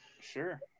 Sure